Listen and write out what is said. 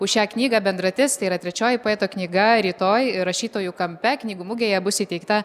už šią knygą bendratis tai yra trečioji poeto knyga rytoj rašytojų kampe knygų mugėje bus įteikta